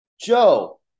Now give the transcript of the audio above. Joe